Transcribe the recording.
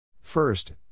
First